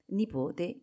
nipote